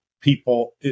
people